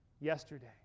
yesterday